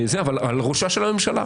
אבל על ראשה של הממשלה.